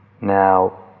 now